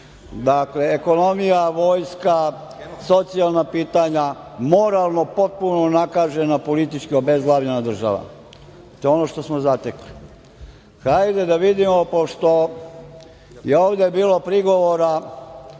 dakle, ekonomija, vojska, socijalna pitanja, moralno potpuno unakažena politički obezglavljena država. To je ono što smo zatekli. Hajde da vidimo, pošto je ovde bilo prigovora